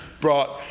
brought